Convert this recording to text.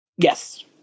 yes